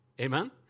Amen